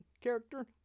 character